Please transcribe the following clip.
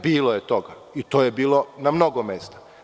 Bilo je toga i to je bilo na mnogo mesta.